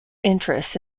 interest